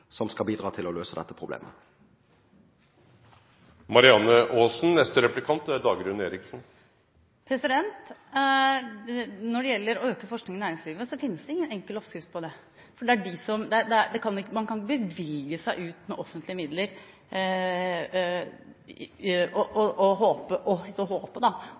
som skal bidra til å løse dette problemet. Når det gjelder å øke forskningen i næringslivet, finnes det ingen enkel oppskrift på det. Man kan ikke bevilge offentlige midler og håpe på at næringslivet vil følge etter. Det er næringslivet som er nødt til å